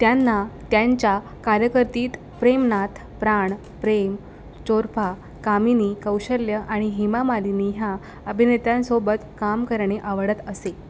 त्यांना त्यांच्या कारकिर्दीत प्रेमनाथ प्राण प्रेम चोप्रा कामिनी कौशल आणि हेमा मालिनी ह्या अभिनेत्यांसोबत काम करणे आवडत असे